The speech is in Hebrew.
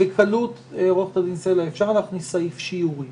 בקלות אפשר להכניס סעיף שיורי